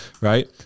right